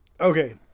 okay